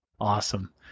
Awesome